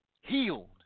Healed